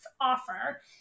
offer